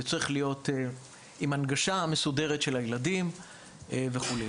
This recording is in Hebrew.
הנגשה מסודרת לילדים וכו'.